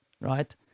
right